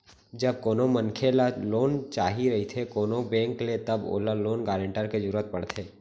जब कोनो मनखे ल लोन चाही रहिथे कोनो बेंक ले तब ओला लोन गारेंटर के जरुरत पड़थे